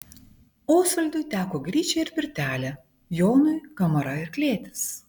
osvaldui teko gryčia ir pirtelė jonui kamara ir klėtis